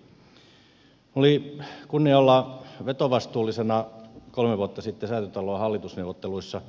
minulla oli kunnia olla vetovastuullisena kolme vuotta sitten säätytalon hallitusneuvotteluissa